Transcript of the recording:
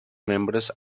membres